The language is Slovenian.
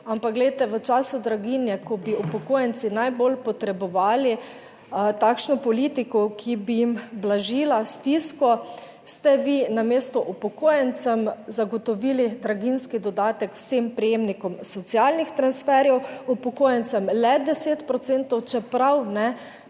ampak, glejte, v času draginje, ko bi upokojenci najbolj potrebovali takšno politiko, ki bi jim blažila stisko, ste vi namesto upokojencem zagotovili draginjski dodatek vsem prejemnikom socialnih transferjev, upokojencem le 10 procentov,